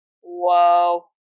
Whoa